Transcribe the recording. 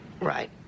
right